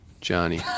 Johnny